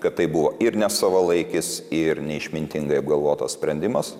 kad tai buvo ir nesavalaikis ir neišmintingai apgalvotas sprendimas